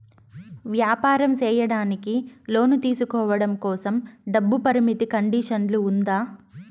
వ్యాపారం సేయడానికి లోను తీసుకోవడం కోసం, డబ్బు పరిమితి కండిషన్లు ఉందా?